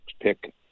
pick